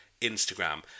Instagram